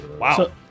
Wow